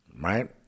Right